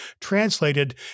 translated